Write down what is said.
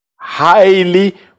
highly